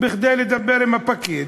לדבר עם הפקיד,